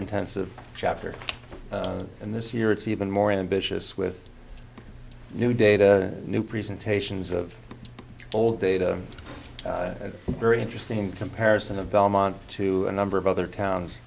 intensive chapter in this year it's even more ambitious with new data new presentations of old data and very interesting comparison of belmont to a number of other towns